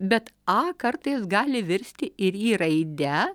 bet a kartais gali virsti ir i raide